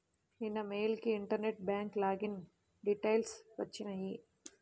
నిన్న మెయిల్ కి internet bank login details వచ్చినియ్యి